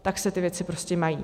Tak se ty věci prostě mají.